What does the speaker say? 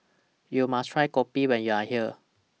YOU must Try Kopi when YOU Are here